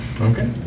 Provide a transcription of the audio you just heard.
Okay